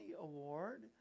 Award